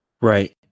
right